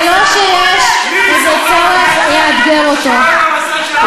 ולא שיש איזה צורך לאתגר אותו,